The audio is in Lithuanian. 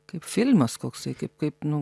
kaip filmas koksai kaip kaip nu